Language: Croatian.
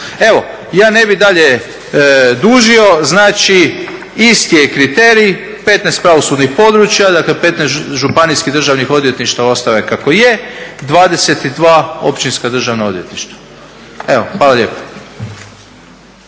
Evo, ja ne bih dalje dužio. Isti je kriterij, 15 pravosudnih područja, dakle 15 županijskih državnih odvjetništava ostalo je kako je, 22 općinska državna odvjetništva. Evo, hvala lijepo.